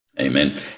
Amen